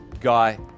guy